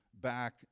back